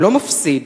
לא מפסיד,